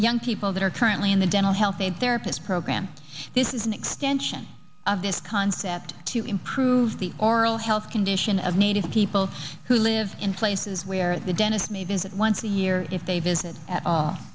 young people that are currently in the dental health a therapist program this is an extension of this concept to improve the oral health condition of native people who live in places where the dentist may visit once a year if they visit at all